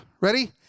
ready